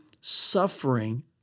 suffering